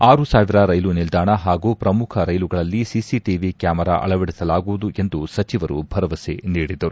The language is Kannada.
ಆರು ಸಾವಿರ ರೈಲು ನಿಲ್ದಾಣ ಹಾಗೂ ಪ್ರಮುಖ ರೈಲುಗಳಲ್ಲಿ ಸಿಸಿ ಟವಿ ಕ್ಲಾಮರಾ ಅಳವಡಿಸಲಾಗುವುದು ಎಂದು ಸಚಿವರು ಭರವಸೆ ನೀಡಿದರು